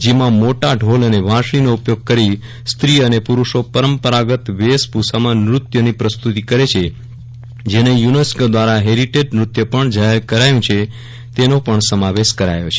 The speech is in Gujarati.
જેમાં મોટા ઢોલ અને વાંસળીનો ઉપયોગ કરી સ્ત્રી અને પુરૂષો પરંપરાગત વેશભૂષામાં નૃત્યની પ્રસ્તુતિ કરે છે જેને યુનેસ્કો દ્વારા હેરીટેજ નૃત્ય પણ જાહેર કરાયું છે વગેરેનો સમાવેશ કરાયો છે